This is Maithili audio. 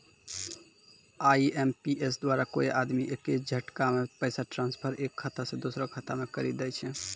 आई.एम.पी.एस द्वारा कोय आदमी एक्के झटकामे पैसा ट्रांसफर एक खाता से दुसरो खाता मे करी दै छै